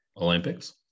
Olympics